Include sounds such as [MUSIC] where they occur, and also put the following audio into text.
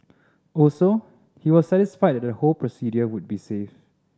also he was satisfied that the [UNINTELLIGIBLE] procedure would be safe